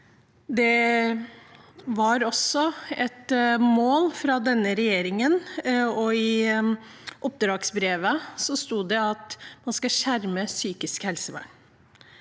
Det var også et mål fra denne regjeringen. I oppdragsbrevet sto det at man skal skjerme psykisk helsevern,